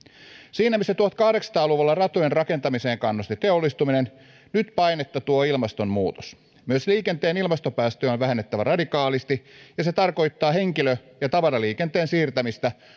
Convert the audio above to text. siinä missä tuhatkahdeksansataa luvulla ratojen rakentamiseen kannusti teollistuminen nyt painetta tuo ilmastonmuutos myös liikenteen ilmastopäästöjä on vähennettävä radikaalisti ja se tarkoittaa henkilö ja tavaraliikenteen siirtämistä